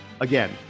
Again